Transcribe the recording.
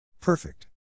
Perfect